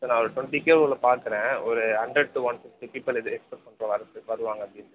sir நான் ஒரு twenty K குள்ளே பார்க்குறேன் ஒரு hundred to one fifty people இது எக்ஸ்பெக்ட் பண்ணுறோம் வரத்துக் வருவாங்க அப்படின்ட்டு